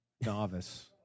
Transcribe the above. novice